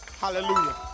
Hallelujah